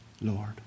Lord